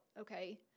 okay